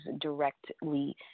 directly